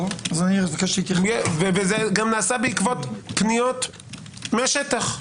זה גם נעשה בעקבות פניות מהשטח.